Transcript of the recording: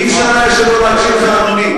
לא היה אפשר שלא להקשיב לאדוני,